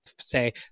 say